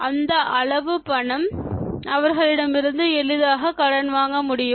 எந்த அளவு பணம் மற்றவர்களிடமிருந்து எளிதாக கடன் வாங்க முடியுமா